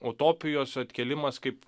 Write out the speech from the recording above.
utopijos atkėlimas kaip